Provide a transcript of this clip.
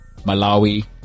Malawi